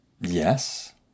Yes